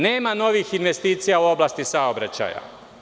Nema novih investicija u oblasti saobraćaja.